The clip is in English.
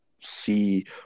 see